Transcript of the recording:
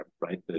right